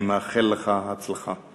אני מאחל לך הצלחה.